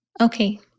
okay